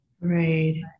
Right